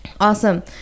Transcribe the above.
Awesome